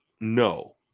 No